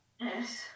Yes